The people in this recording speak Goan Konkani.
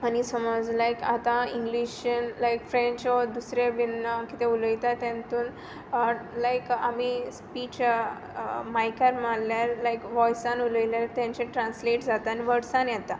आनी सोमोज लायक आतां इंग्लीशेन लायक फ्रेंच वो दुसरे बीन कितें उलोयता तेंतून लायक आमी स्पीच मायकान मारल्यार लायक वोयसान उलोयल्यार तेंचें ट्रांसलेट जाता आनी वर्डसान येता